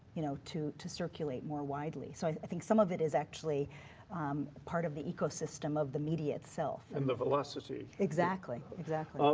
you know, to to circulate more widely. so i think some of it is actually part of the ecosystem of the media itself. and the velocity. exactly, exactly.